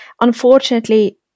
unfortunately